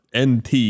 NT